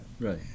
Right